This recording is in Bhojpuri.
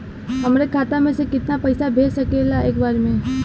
हमरे खाता में से कितना पईसा भेज सकेला एक बार में?